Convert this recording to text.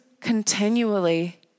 continually